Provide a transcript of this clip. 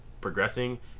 progressing